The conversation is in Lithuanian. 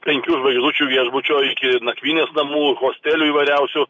penkių žvaigždučių viešbučio iki nakvynės namų hostelių įvairiausių